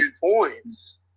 points